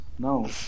No